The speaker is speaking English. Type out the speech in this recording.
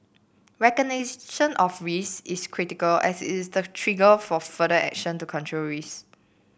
recognition of risks is critical as it's the trigger for further action to control risks